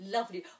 Lovely